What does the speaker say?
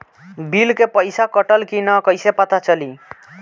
Bill के पइसा कटल कि न कइसे पता चलि?